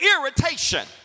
irritation